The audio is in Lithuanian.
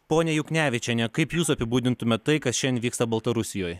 ponia juknevičiene kaip jūs apibūdintumėt tai kas šiandien vyksta baltarusijoj